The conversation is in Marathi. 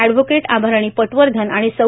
अष्ठव्होकेट आभाराणी पटवर्धन आणि सौ